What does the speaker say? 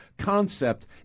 concept